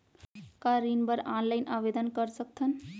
का ऋण बर ऑनलाइन आवेदन कर सकथन?